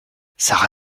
sara